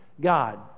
God